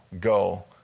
go